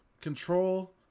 Control